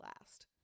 last